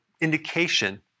indication